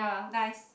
nice